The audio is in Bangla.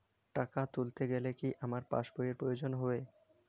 টাকা তুলতে গেলে কি আমার পাশ বইয়ের প্রয়োজন হবে?